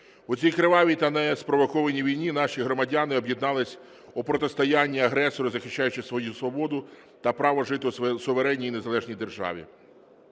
У цій кривавій та неспровокованій війні наші громадяни об'єднались у протистоянні агресору, захищаючи свою свободу та право жити у суверенній і незалежній державі.